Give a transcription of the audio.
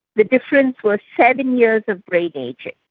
the difference was seven years of brain ageing.